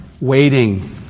Waiting